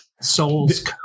soul's